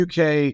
UK